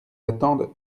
attendent